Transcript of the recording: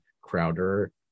Crowder